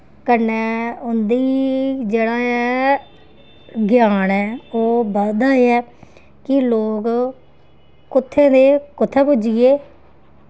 कन्नै उं'दी जेह्ड़ा ऐ ज्ञान ऐ ओह् बधदा ऐ कि लोक कु'त्थें दे कु'त्थें पुज्जी गे